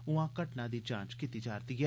उआं घटना दी जांच कीती जा रदी ऐ